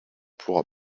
pourra